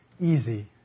easy